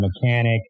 mechanic